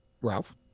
Ralph